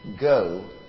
go